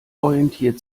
orientiert